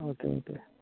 okay okay